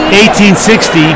1860